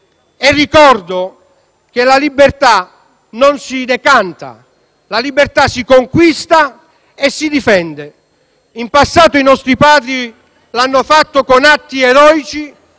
Ricordo che la libertà non si decanta, ma si conquista e si difende. In passato i nostri padri l'hanno fatto con atti eroici,